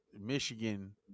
Michigan